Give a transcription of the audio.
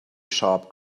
sharp